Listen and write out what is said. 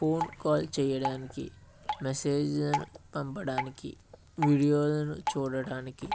phone call చేయడానికి మెసేజ్ని పంపడానికి వీడియోలను చూడటానికి